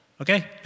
Okay